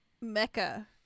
Mecca